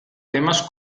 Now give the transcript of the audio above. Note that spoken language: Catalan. temes